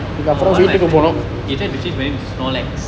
one of my friend he attempt to change my name to snorlax